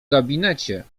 gabinecie